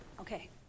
Okay